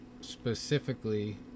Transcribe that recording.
specifically